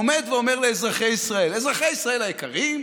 עומד ואומר לאזרחי ישראל: אזרחי ישראל היקרים,